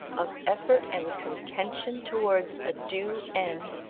of effort and contention towards a due end,